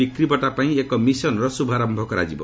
ବିକ୍ରିବଟା ପାଇଁ ଏକ ମିଶନ୍ର ଶ୍ରଭାରମ୍ଭ କରାଯିବ